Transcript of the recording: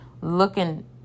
looking